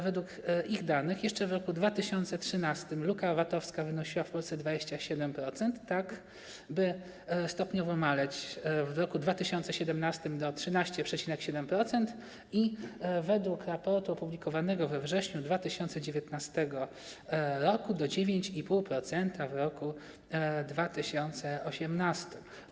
Według ich danych jeszcze w roku 2013 luka VAT-owska wynosiła w Polsce 27%, tak by stopniowo maleć w roku 2017 do 13,7% i według raportu opublikowanego we wrześniu 2019 r. do 9,5% w roku 2018.